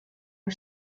her